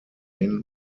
moraine